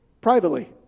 privately